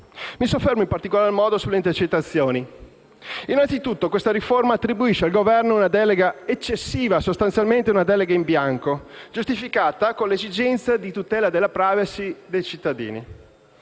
Mi soffermo in particolar modo sulle intercettazioni. Innanzitutto questa riforma attribuisce al Governo una delega eccessiva, sostanzialmente una delega in bianco, giustificata con l'esigenza di tutela della *privacy* dei cittadini.